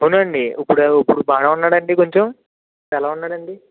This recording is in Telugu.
అవునా అండి ఇప్పుడు ఇప్పుడు బాగానే ఉన్నాడండి కొంచెం ఎలా ఉన్నాడండి